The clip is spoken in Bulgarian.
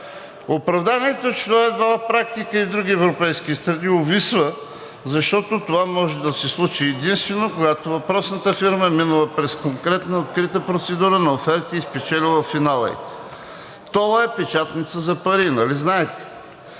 Оправданието, че това е било практика и в други европейски страни, увисва, защото това може да се случи единствено когато въпросната фирма е минала през конкретна открита процедура на оферти и е спечелила финала ѝ. Тол-ът е печатница за пари, нали знаете?